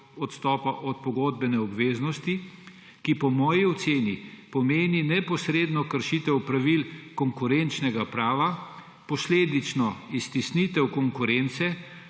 odstopa od pogodbene obveznosti? Ta po moji oceni pomeni neposredno kršitev pravil konkurenčnega prava, posledično iztisnitev konkurence,